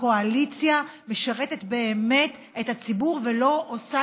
הקואליציה משרתת באמת את הציבור ולא עושה